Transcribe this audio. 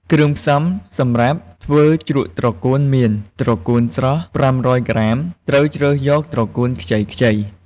គ្រឿងផ្សំំសម្រាប់ធ្វើជ្រក់ត្រកួនមាន ត្រកួនស្រស់ ៥០០ ក្រាម ត្រូវរើសយកត្រកួនខ្ចីៗ។